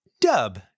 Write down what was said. Dub